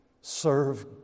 serve